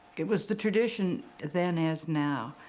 it was the tradition, then as now,